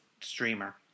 streamer